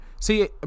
See